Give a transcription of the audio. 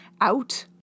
out